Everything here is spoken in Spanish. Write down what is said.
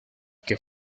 que